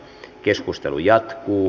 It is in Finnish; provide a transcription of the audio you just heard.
keskustelu jatkuu